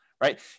right